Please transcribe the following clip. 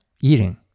eating